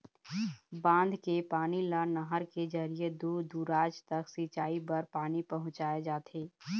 बांध के पानी ल नहर के जरिए दूर दूराज तक सिंचई बर पानी पहुंचाए जाथे